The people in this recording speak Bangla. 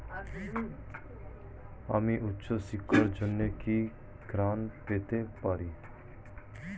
আমি উচ্চশিক্ষার জন্য কি ঋণ পেতে পারি?